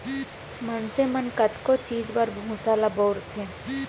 मनसे मन कतको चीज बर भूसा ल बउरथे